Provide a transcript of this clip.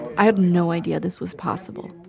i had no idea this was possible.